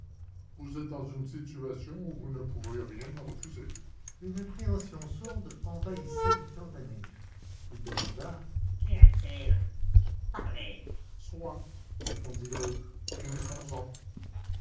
vous êtes dans une situation où vous ne pouvez rien me refuser une appréhension sourde envahissait victor danègre il demanda qu'y a-t-il parlez soit répondit l'autre finissons-en